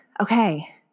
okay